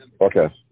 Okay